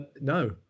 No